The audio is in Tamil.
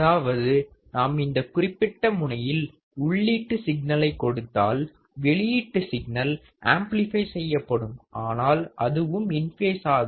அதாவது நாம் இந்த குறிப்பிட்ட முனையில் உள்ளீட்டு சிக்னலை கொடுத்தால் வெளியீட்டு சிக்னல் ஆம்ப்ளிபை செய்யப்படும் ஆனால் அதுவும் இன் பேஸாக